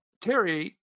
Terry